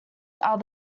are